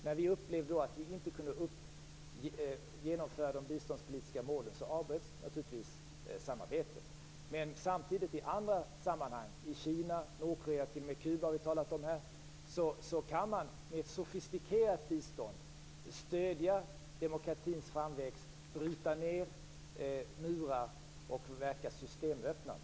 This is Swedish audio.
När vi då upplevde att vi inte kunde genomföra de biståndspolitiska målen avbröts givetvis samarbetet. Samtidigt kan man i andra sammanhang - i Kina, i Nordkorea, och vi har här t.o.m. talat om Kuba - med ett sofistikerat bistånd stödja demokratins framväxt, bryta ned murar och verka systemöppnande.